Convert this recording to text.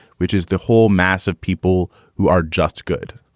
which is the whole mass of people who are just good,